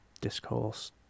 discourse